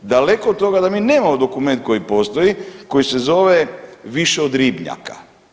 Daleko od toga da mi nemamo dokument koji postoji, koji se zove „Više od ribnjaka“